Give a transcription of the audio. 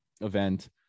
Event